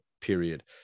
Period